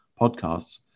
podcasts